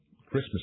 Christmas